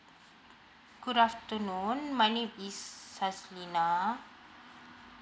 good afternoon my name is saslina